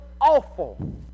awful